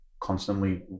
constantly